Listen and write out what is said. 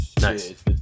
Nice